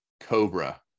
Cobra